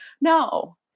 No